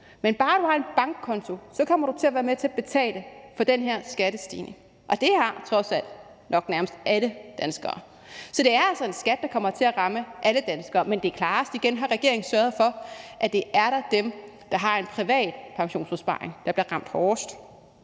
Men bare du har en bankkonto, kommer du til at være med til at betale for den her skattestigning, og det har trods alt nok nærmest alle danskere. Så det er altså en skat, der kommer til at ramme alle danskere, men det er klart, at regeringen igen har sørget for, at det er dem, der har en privat pensionsopsparing eller ejer deres